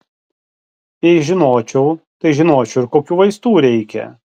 jei žinočiau tai žinočiau ir kokių vaistų reikia